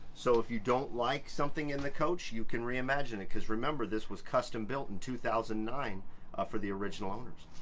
so if you don't like something in the coach you can reimagine it, because remember, this was custom-built in two thousand and nine for the original owners.